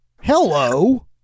Hello